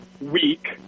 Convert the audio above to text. week